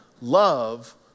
love